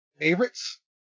favorites